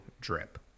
drip